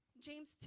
James